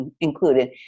included